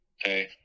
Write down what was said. Hey